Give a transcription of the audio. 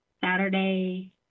Saturday